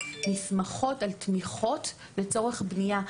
נסמכות על תמיכות לצורך בנייה,